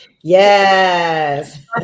Yes